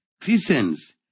Christians